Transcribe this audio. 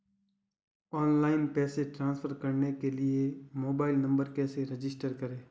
Online पैसे transfer करने के लिए मोबाइल नंबर कैसे रजिस्टर करें?